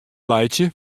laitsje